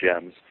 gems